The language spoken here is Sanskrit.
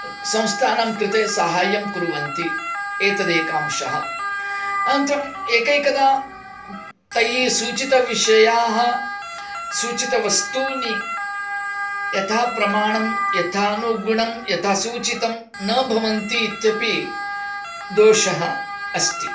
संस्थानं कृते सहाय्यं कुर्वन्ति एतदेकांशः अनन्तरम् एकैकदा तैः सूचितविषयाः सूचितवस्तूनि यथा प्रमाणं यथानुगुणं यथा सूचितं न भवन्ति इत्यपि दोषः अस्ति